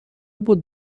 بود